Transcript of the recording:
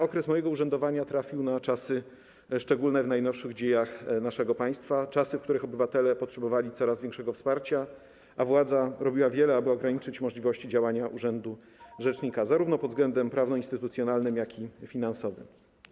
Okres mojego urzędowania przypadał na czasy szczególne w najnowszych dziejach naszego państwa, czasy, w których obywatele potrzebowali coraz większego wsparcia, a władza robiła wiele, aby ograniczyć możliwości działania urzędu rzecznika zarówno pod względem prawno-instytucjonalnym, jak i finansowym.